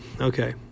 okay